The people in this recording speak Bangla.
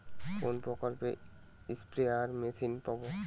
কোন প্রকল্পে স্পেয়ার মেশিন পাব?